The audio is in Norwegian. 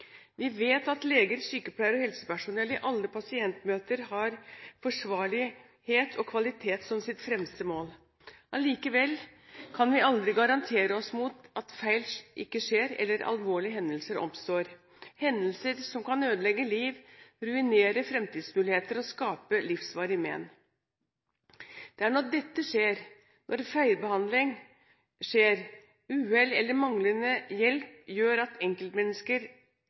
Vi vet at leger, sykepleiere og helsepersonell i alle pasientmøter har forsvarlighet og kvalitet som sitt fremste mål. Allikevel kan vi aldri garantere oss mot at feil skjer eller at alvorlige hendelser oppstår – hendelser som kan ødelegge liv, ruinere fremtidsmuligheter og skape livsvarige mén. Det er når dette skjer, når feilbehandling, uhell eller manglende hjelp gjør at enkeltmennesker